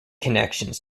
connections